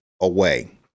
away